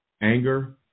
anger